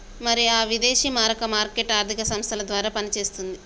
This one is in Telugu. మరి ఆ విదేశీ మారక మార్కెట్ ఆర్థిక సంస్థల ద్వారా పనిచేస్తుంది